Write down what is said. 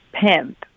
pimp